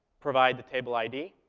provide the table id.